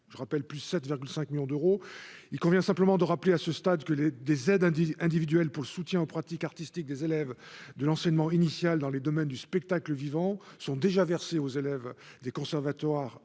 je rappelle plus 7,5 millions d'euros, il convient simplement de rappeler à ce stade que les des aides, hein, dit individuels pour le soutien aux pratiques artistiques des élèves de l'enseignement initial dans les domaines du spectacle vivant sont déjà versés aux élèves des conservatoires